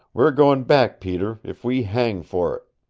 we're going back, peter, if we hang for it!